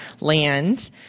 land